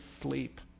sleep